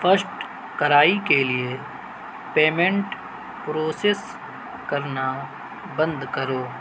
first کرائی کے لیے پیمنٹ پروسیس کرنا بند کرو